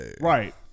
Right